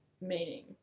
meaning